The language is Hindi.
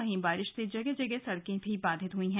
वहीं बारिश से जगह जगह सड़कें भी बाधित हुई हैं